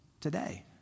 today